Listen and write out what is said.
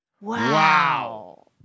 Wow